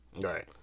Right